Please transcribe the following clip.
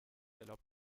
erlaubt